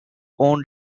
own